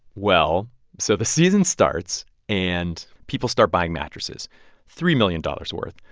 well, so the season starts, and people start buying mattresses three million dollars worth,